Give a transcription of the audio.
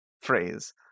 phrase